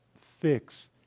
fix